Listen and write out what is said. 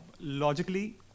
logically